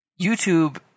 YouTube